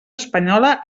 espanyola